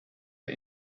der